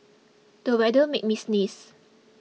the weather made me sneeze